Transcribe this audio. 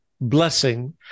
blessing